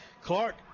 clark